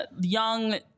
young